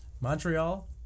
Montreal